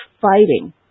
fighting